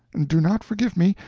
do not forgive me,